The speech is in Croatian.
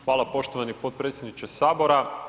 Hvala poštovani potpredsjedniče Sabora.